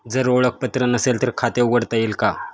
जर ओळखपत्र नसेल तर खाते उघडता येईल का?